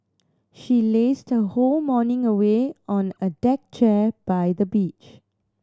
she lazed her whole morning away on a deck chair by the beach